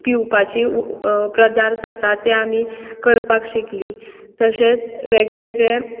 पिवपाची प्रदार्थ आसा ते आमी करपाक शिकलीं तशेंच वेगळे वेगळे